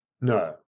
No